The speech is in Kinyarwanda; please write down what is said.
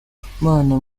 hakizimana